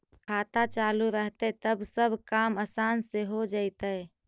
खाता चालु रहतैय तब सब काम आसान से हो जैतैय?